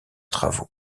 travaux